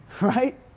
Right